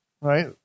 Right